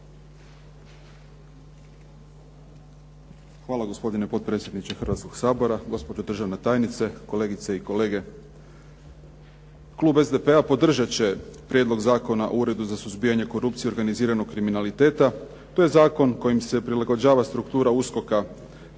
Hvala gospodine potpredsjedniče Hrvatskog sabora. Gospođo državna tajnice, kolegice i kolege. Klub SDP-a podržat će Prijedlog zakona o uredu za suzbijanje korupcije i organiziranog kriminaliteta. To je zakon s kojim se prilagođava struktura USKOK-a potrebama